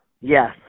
Yes